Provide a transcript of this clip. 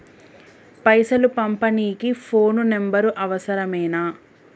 పైసలు పంపనీకి phone number అవసరమేనా?